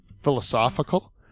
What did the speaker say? philosophical